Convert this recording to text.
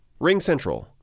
RingCentral